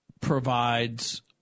provides